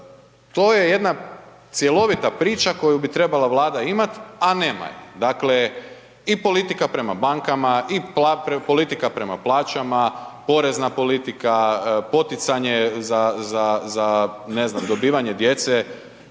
To je jedna cjelovita priča koju bi trebala Vlada imat, a nema je. Dakle, i politika prema bankama i politika prema plaćama, porezna politika, poticanje za ne znam dobivanje djece,